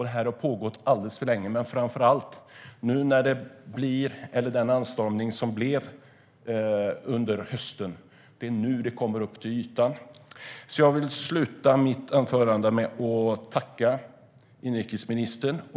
Det här har pågått alldeles för länge. Jag tänker framför allt på den anstormning som blev under hösten. Det är nu det kommer upp till ytan. Jag vill avsluta mitt anförande med att tacka inrikesministern.